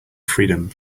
freedom